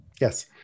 Yes